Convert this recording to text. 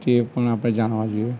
તે પણ આપણે જાણવા જોઈએ